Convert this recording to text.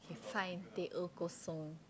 okay fine teh O kosong